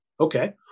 okay